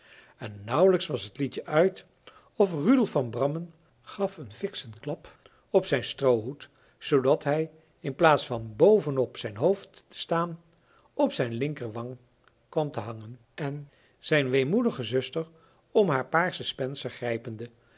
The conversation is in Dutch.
en nauwelijks was het liedje uit of rudolf van brammen gaf een fikschen klap op zijn stroohoed zoodat hij in plaats van boven op zijn hoofd te staan op zijn linker wang kwam te hangen en zijn weemoedige zuster om haar paarsen spencer grijpende